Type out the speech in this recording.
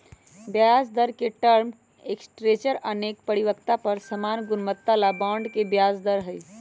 ब्याजदर के term structure अनेक परिपक्वता पर समान गुणवत्ता बला बॉन्ड के ब्याज दर हइ